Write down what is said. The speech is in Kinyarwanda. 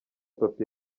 pappy